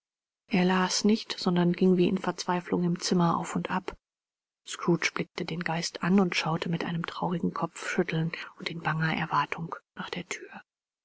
er las nicht sondern ging wie in verzweiflung im zimmer auf und ab scrooge blickte den geist an und schaute mit einem traurigen kopfschütteln und in banger erwartung nach der thür